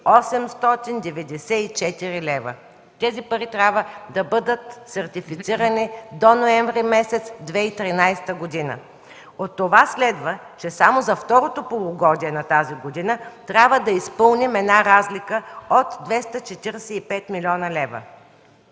894 лева. Тези пари трябва да бъдат сертифицирани до месец ноември 2013 г. От това следва, че само за второто полугодие на тази година трябва да изпълним една разлика от 245 млн. лв.